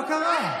מה קרה?